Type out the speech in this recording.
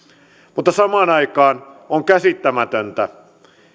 mutta samaan aikaan on käsittämätöntä